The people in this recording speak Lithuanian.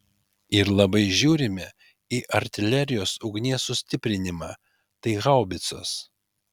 ir labai žiūrime į artilerijos ugnies sustiprinimą tai haubicos